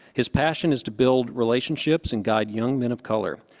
his passion is to build relationships and guide young men of color.